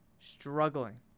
struggling